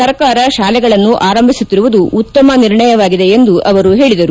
ಸರ್ಕಾರ ಶಾಲೆಗಳನ್ನು ಆರಂಭಿಸುತ್ತಿರುವುದು ಉತ್ತಮ ನಿರ್ಣಯವಾಗಿದೆ ಎಂದು ಅವರು ಹೇಳಿದರು